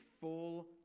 full